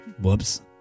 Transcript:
Whoops